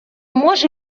може